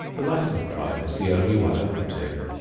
a life of crime is the only one open to him,